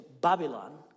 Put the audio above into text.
Babylon